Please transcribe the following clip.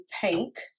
pink